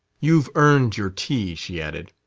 you've earned your tea, she added.